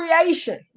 creation